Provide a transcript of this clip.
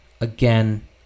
again